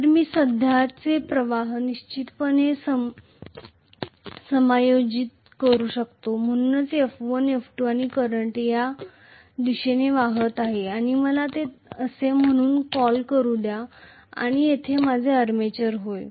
तर मी सध्याचे प्रवाह निश्चितपणे समायोजित करू शकते म्हणूनच हे F1 F2 आहे आणि करंट या दिशेने वाहत आहे आणि मला ते तसे म्हणून संबोधित करू द्या आणि येथे माझे आर्मेचर होईल